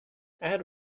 add